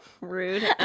rude